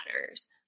matters